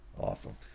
awesome